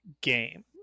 game